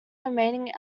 remaining